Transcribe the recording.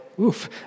oof